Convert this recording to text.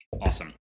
Awesome